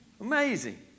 Amazing